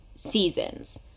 seasons